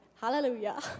hallelujah